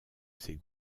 ces